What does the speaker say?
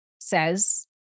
says